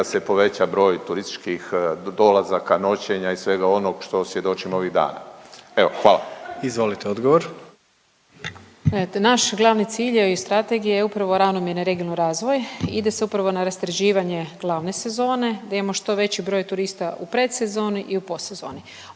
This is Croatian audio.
da se poveća broj turističkih dolazaka, noćenja i svega onog što svjedočimo ovih dana? Evo, hvala. **Jandroković, Gordan (HDZ)** Izvolite odgovor. **Brnjac, Nikolina (HDZ)** Gledajte, naš glavni cilj iz strategije je upravo ravnomjeran regionalni razvoj, ide se upravo na rasterećivanje glavne sezone da imamo što veći broj turista u predsezoni i u postsezoni.